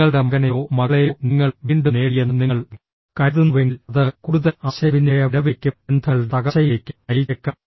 നിങ്ങളുടെ മകനെയോ മകളെയോ നിങ്ങൾ വീണ്ടും നേടിയെന്ന് നിങ്ങൾ കരുതുന്നുവെങ്കിൽ അത് കൂടുതൽ ആശയവിനിമയ വിടവിലേക്കും ബന്ധങ്ങളുടെ തകർച്ചയിലേക്കും നയിച്ചേക്കാം